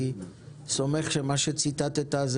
לא פגשתי את הדברים האלה בזמן אמת ואני סומך על מה שציטטת,